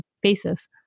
basis